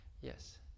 yes